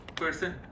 person